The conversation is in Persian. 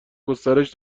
گسترش